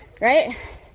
Right